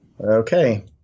Okay